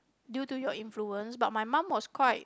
due to your influence but my mum was quite